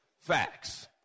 Facts